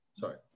sorry